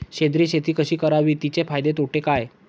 सेंद्रिय शेती कशी करावी? तिचे फायदे तोटे काय?